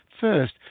first